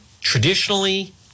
traditionally